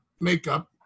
makeup